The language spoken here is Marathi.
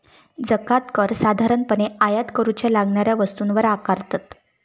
जकांत कर साधारणपणे आयात करूच्या लागणाऱ्या वस्तूंवर आकारतत